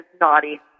naughty